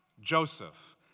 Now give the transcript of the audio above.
Joseph